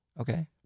Okay